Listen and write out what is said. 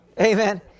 Amen